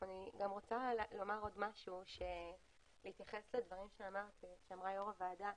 אני רוצה להתייחס לדברים שאמרה יושבת-ראש הוועדה,